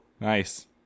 Nice